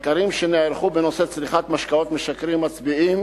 מחקרים שנערכו בנושא צריכת משקאות משכרים מצביעים